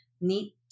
need